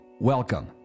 Welcome